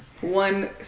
one